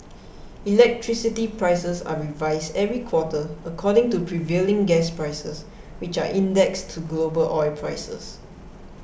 electricity prices are revised every quarter according to prevailing gas prices which are indexed to global oil prices